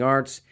Arts